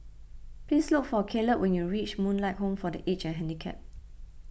please look for Caleb when you reach Moonlight Home for the Aged and Handicapped